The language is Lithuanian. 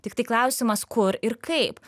tiktai klausimas kur ir kaip